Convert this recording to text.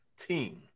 team